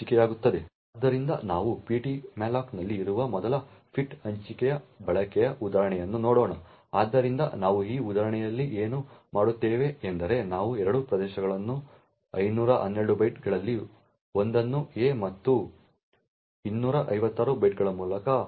ಆದ್ದರಿಂದ ನಾವು ptmalloc ನಲ್ಲಿ ಇರುವ ಮೊದಲ ಫಿಟ್ ಹಂಚಿಕೆಯ ಬಳಕೆಯ ಉದಾಹರಣೆಯನ್ನು ನೋಡೋಣ ಆದ್ದರಿಂದ ನಾವು ಈ ಉದಾಹರಣೆಯಲ್ಲಿ ಏನು ಮಾಡುತ್ತೇವೆ ಎಂದರೆ ನಾವು 2 ಪ್ರದೇಶಗಳನ್ನು 512 ಬೈಟ್ಗಳಲ್ಲಿ ಒಂದನ್ನು a ಮತ್ತು 256 ಬೈಟ್ಗಳ ಮೂಲಕ ಸೂಚಿಸುತ್ತೇವೆ